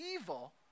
evil